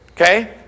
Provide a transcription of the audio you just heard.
Okay